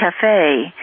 Cafe